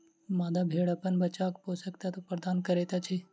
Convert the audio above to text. मादा भेड़ अपन बच्चाक पोषक तत्व प्रदान करैत अछि